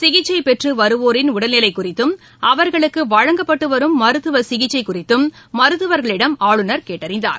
சிகிச்சை பெற்று வருவோரின் உடல்நிலை குறித்தும் அவர்களுக்கு வழங்கப்பட்டு வரும் மருத்துவ சிகிச்சை குறித்தும் மருத்துவர்களிடம் ஆளுநர் கேட்டறிந்தார்